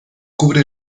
cubre